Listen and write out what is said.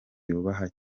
yubaha